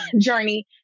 journey